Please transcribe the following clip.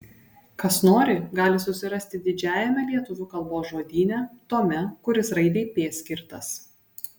kas nori gali susirasti didžiajame lietuvių kalbos žodyne tome kuris raidei p skirtas